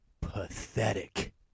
pathetic